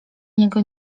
niego